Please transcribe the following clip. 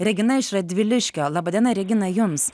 regina iš radviliškio laba diena regina jums